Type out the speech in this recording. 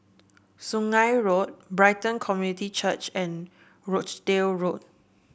Sungei Road Brighton Community Church and Rochdale Road